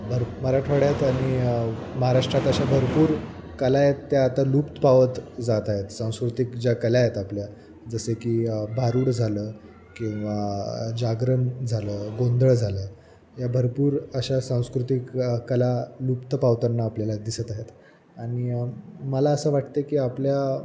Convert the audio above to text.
भर मराठवाड्यात आणि महाराष्ट्रात अशा भरपूर कला आहेत त्या आता लुप्त पावत जात आहेत सांस्कृतिक ज्या कला आहेत आपल्या जसे की भारूड झालं किंवा जागरण झालं गोंंधळ झालं या भरपूर अशा सांस्कृतिक कला लुप्त पावताना आपल्याला दिसत आहेत आणि मला असं वाटतं आहे की आपल्या